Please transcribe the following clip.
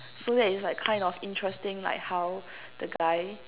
so that is like kind of interesting like how the guy